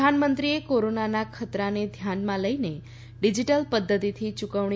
પ્રધાનમંત્રીએ કોરોનાના ખતરાને ધ્યાનમાં લઈને ડિજીટલ પદ્ધતિથી યુકવણી